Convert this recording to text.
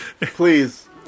please